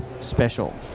special